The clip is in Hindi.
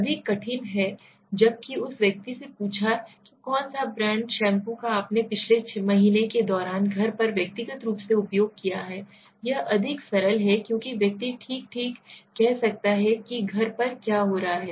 अधिक कठिन है जब कि उस व्यक्ति से पूछा कि कौन से ब्रांड का शैम्पू आपने पिछले महीने के दौरान घर पर व्यक्तिगत रूप से उपयोग किया है यह अधिक सरल है क्योंकि व्यक्ति ठीक ठीक कह सकता है कि घर पर क्या हो रहा है